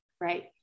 Right